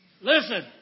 Listen